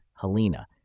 Helena